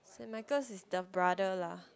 Saint Michael's is the brother lah